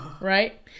right